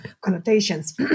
connotations